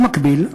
במקביל,